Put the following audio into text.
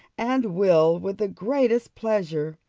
and will with the greatest pleasure.